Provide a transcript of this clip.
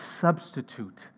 substitute